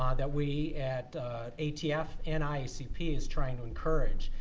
ah that we at atf and iscp is trying to encourage.